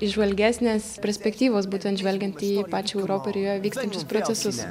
įžvalgesnės perspektyvos būtent žvelgiant į pačią europą ir joje vykstančius procesus